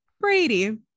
Brady